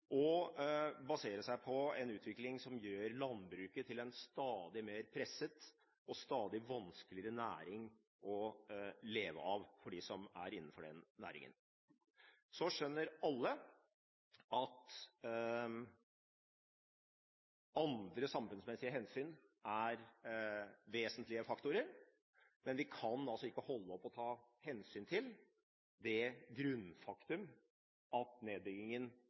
og å basere seg på en utvikling som gjør landbruket til en stadig mer presset og stadig vanskeligere næring å leve av for dem som er i den næringen. Så skjønner alle at andre samfunnsmessige hensyn er vesentlige faktorer, men vi kan altså ikke holde opp å ta hensyn til det grunnfaktum at nedbyggingen